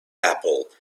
apple